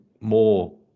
more